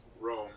Rome